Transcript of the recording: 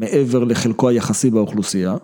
‫מעבר לחלקו היחסי באוכלוסייה.